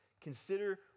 Consider